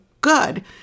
good